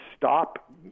stop